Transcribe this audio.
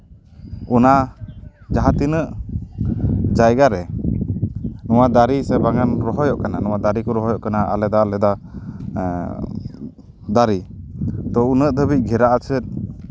ᱚᱱᱟ ᱡᱟᱦᱟᱸ ᱛᱤᱱᱟᱹᱜ ᱡᱟᱭᱜᱟᱨᱮ ᱱᱚᱣᱟ ᱫᱟᱨᱮ ᱥᱮ ᱵᱟᱜᱟᱱ ᱨᱚᱦᱚᱭᱚᱜ ᱠᱟᱱᱟ ᱫᱟᱨᱮ ᱠᱚ ᱨᱚᱦᱚᱭᱚᱜ ᱠᱟᱱᱟ ᱟᱞᱟᱫᱟ ᱟᱞᱟᱫᱟ ᱫᱟᱨᱮ ᱛᱚ ᱩᱱᱟᱹᱜ ᱫᱷᱟᱹᱵᱤᱡ ᱜᱷᱮᱨᱟ ᱮᱥᱮᱫ